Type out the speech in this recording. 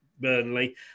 Burnley